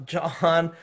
John